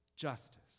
justice